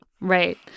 Right